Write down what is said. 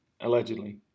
Allegedly